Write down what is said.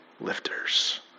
lifters